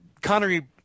Connery